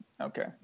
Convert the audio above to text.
Okay